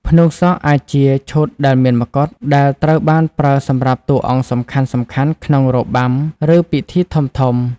ផ្នួងសក់អាចជា ឈុតដែលមានម្កុដ ដែលត្រូវបានប្រើសម្រាប់តួអង្គសំខាន់ៗក្នុងរបាំ ឬពិធីធំៗ។